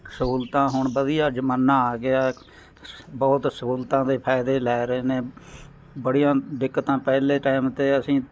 ਸਹੂਲਤਾਂ ਹੁਣ ਵਧੀਆ ਜ਼ਮਾਨਾ ਆ ਗਿਆ ਬਹੁਤ ਸਹੂਲਤਾਂ ਦੇ ਫਾਇਦੇ ਲੈ ਰਹੇ ਨੇ ਬੜੀਆਂ ਦਿੱਕਤਾਂ ਪਹਿਲੇ ਟਾਈਮ 'ਤੇ ਅਸੀਂ